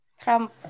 Trump